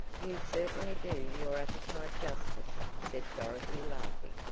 you certainly do your appetite justice, said dorothy laughing.